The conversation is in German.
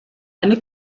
eine